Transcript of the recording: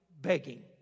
begging